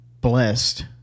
blessed